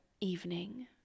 evening